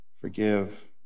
forgive